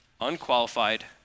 unqualified